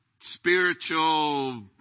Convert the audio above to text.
spiritual